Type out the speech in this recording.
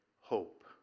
hope